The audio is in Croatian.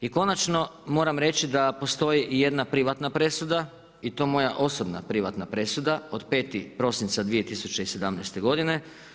I konačno moram reći da postoji i jedna privatna presuda i to moja osobna privatna presuda od 5. prosinca 2017. godine.